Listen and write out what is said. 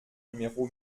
numéro